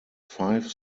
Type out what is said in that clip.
five